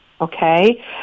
okay